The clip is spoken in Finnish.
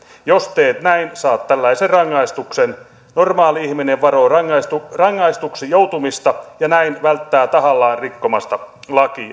jos teet näin saat tällaisen rangaistuksen normaali ihminen varoo rangaistuksi joutumista ja näin välttää tahallaan rikkomasta lakia